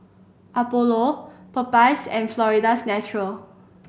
Apollo Popeyes and Florida's Natural